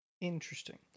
Interesting